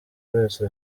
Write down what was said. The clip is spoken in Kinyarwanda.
wese